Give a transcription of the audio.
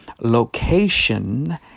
location